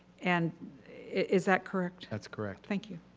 and is that correct? that's correct. thank you.